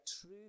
true